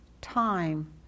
time